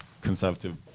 Conservative